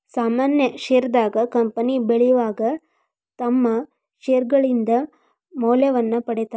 ಸಾಮಾನ್ಯ ಷೇರದಾರ ಕಂಪನಿ ಬೆಳಿವಾಗ ತಮ್ಮ್ ಷೇರ್ಗಳಿಂದ ಮೌಲ್ಯವನ್ನ ಪಡೇತಾರ